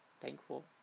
thankful